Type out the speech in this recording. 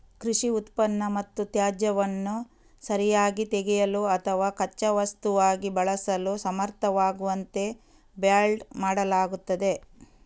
ಕೃಷಿ ಉತ್ಪನ್ನ ಮತ್ತು ತ್ಯಾಜ್ಯವನ್ನು ಸರಿಯಾಗಿ ತೆಗೆಯಲು ಅಥವಾ ಕಚ್ಚಾ ವಸ್ತುವಾಗಿ ಬಳಸಲು ಸಮರ್ಥವಾಗುವಂತೆ ಬ್ಯಾಲ್ಡ್ ಮಾಡಲಾಗುತ್ತದೆ